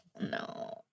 No